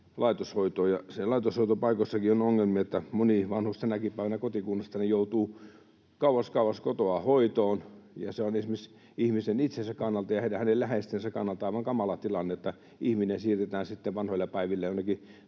laitoshoitoon. Ja laitoshoitopaikoissakin on ongelmia. Moni vanhus tänäkin päivänä kotikunnastani joutuu kauas, kauas kotoaan hoitoon, ja se on esimerkiksi ihmisen itsensä kannalta ja hänen läheistensä kannalta aivan kamala tilanne, että ihminen siirretään sitten vanhoilla päivillä